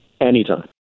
Anytime